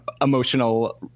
emotional